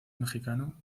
mexicano